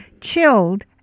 chilled